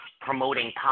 promoting